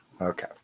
Okay